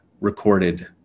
recorded